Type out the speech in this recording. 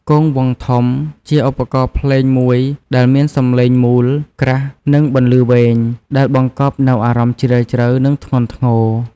គងវង់ធំ ជាឧបករណ៍ភ្លេងមួយដែលមានសំឡេងមូល ក្រាស់ និងបន្លឺវែង ដែលបង្កប់នូវអារម្មណ៍ជ្រាលជ្រៅ និងធ្ងន់ធ្ងរ។